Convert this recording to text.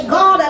God